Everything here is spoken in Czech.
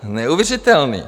Neuvěřitelné.